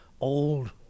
Old